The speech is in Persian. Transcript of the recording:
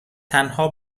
تنها